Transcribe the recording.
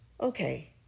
Okay